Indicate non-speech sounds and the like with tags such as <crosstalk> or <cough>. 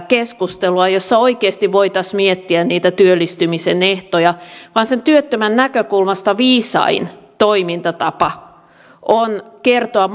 <unintelligible> keskustelua jossa oikeasti voitaisiin miettiä niitä työllistymisen ehtoja vaan sen työttömän näkökulmasta viisain toimintatapa on kertoa <unintelligible>